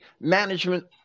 management